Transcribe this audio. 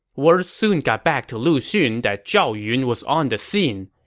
word soon got back to lu xun that zhao yun was on the scene.